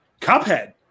Cuphead